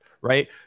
right